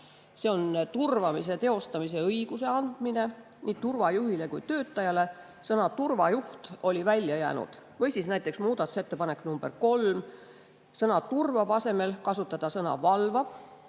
turvamise teostamise õiguse andmist nii turvajuhile kui töötajale. Sõna "turvajuht" oli välja jäänud. Või siis näiteks muudatusettepanek nr 3: sõna "turvab" asemel kasutatakse sõna "valvab",